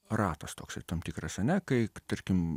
ratas toks tam tikras ane kai tarkim